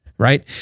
Right